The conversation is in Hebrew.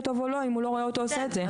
טוב או לא אם הוא לא רואה אותו עושה את זה?